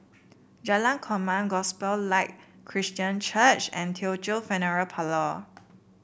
Jalan Korma Gospel Light Christian Church and Teochew Funeral Parlour